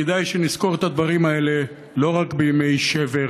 כדאי שנזכור את הדברים האלה לא רק בימי שבר